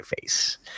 face